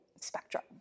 spectrum